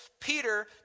Peter